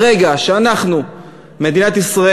ברגע שאנחנו מראים אומץ,